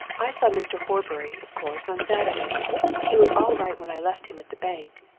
i saw mr. horbury, of course, on saturday he was all right when i left him at the bank.